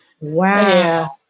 Wow